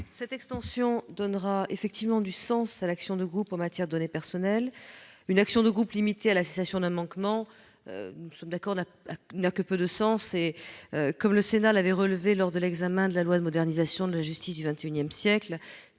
Cette extension donnera effectivement du sens à l'action de groupe en matière de données personnelles. Une action de groupe limitée à la cessation d'un manquement n'a que peu de sens, comme le Sénat l'avait relevé lors de l'examen de la loi de modernisation de la justice du XXI siècle.